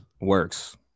Works